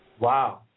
Wow